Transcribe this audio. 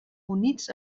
units